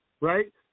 right